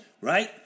right